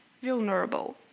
vulnerable